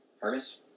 Hermes